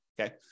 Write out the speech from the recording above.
okay